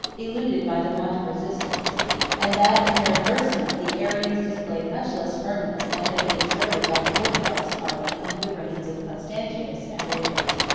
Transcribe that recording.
eluded by the want of resistance and that, in their adversity, the arians displayed much less firmness than had been exerted by the orthodox party under the reigns of constantius and valens.